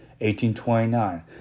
1829